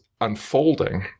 unfolding